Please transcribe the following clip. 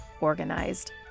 organized